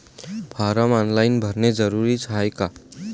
Form online भरने जरुरीचे हाय का?